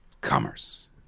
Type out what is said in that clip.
Commerce